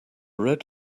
red